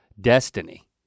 destiny